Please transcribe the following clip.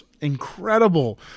incredible